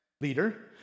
leader